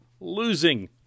losing